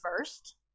first